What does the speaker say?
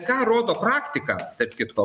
ką rodo praktika tarp kitko